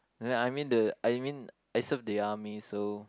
like I mean the I mean I served the army so